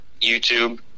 YouTube